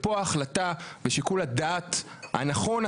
פה ההחלטה ושיקול הדעת הנכון,